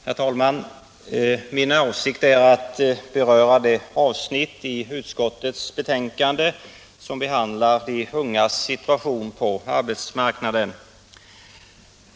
Herr talman! Min avsikt är att beröra det avsnitt i utskottets betänkande som behandlar de ungas situation på arbetsmarknaden.